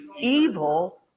evil